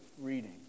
reading